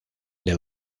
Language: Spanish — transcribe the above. del